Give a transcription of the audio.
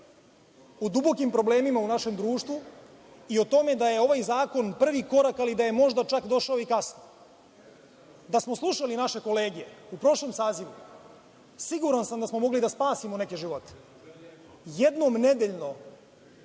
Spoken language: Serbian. o dubokim problemima u našem društvu i o tome da je ovaj zakon prvi korak, ali da je možda čak došao i kasno. Da smo slušali naše kolege u prošlom sazivu, siguran sam da smo mogli da spasimo neke živote. Jednom nedeljno,